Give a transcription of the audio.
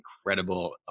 incredible